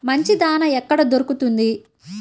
మంచి దాణా ఎక్కడ దొరుకుతుంది?